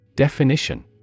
Definition